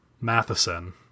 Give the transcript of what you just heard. Matheson